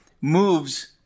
moves